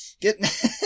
Get